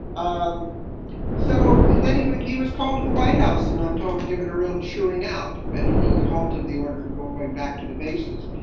um so anyway, he was called to the white house. and i'm told, given a real chewing out, many halted the order going back to the bases.